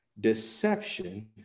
deception